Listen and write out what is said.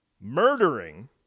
murdering